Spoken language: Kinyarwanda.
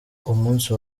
umunsi